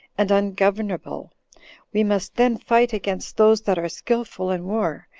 and ungovernable we must then fight against those that are skillful in war,